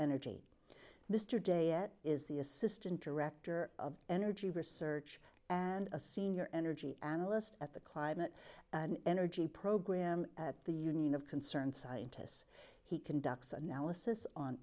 energy mr de it is the assistant director of energy research and a senior energy analyst at the climate energy program at the union of concerned scientists he conducts analysis on